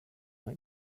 like